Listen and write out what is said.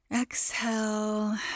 Exhale